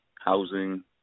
housing